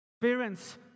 Parents